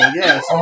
yes